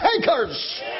takers